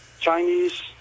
chinese